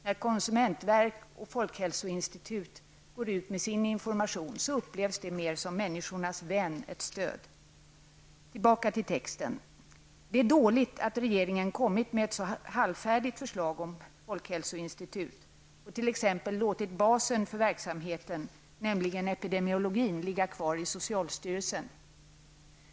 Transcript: När konsumentverket och folkhälsoinstitut går ut med sin information upplevs det mera som människornas vän, som ett stöd. Det är dåligt att regeringen kommit med ett så halvfärdigt förslag om folkhälsoinstitut och t.ex. låtit basen för verksamheten, epidemiologin ligga kvar i socialstyrelsen.